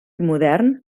modern